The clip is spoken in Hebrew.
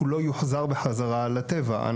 הוא לא יוחזר בחזרה לטבע.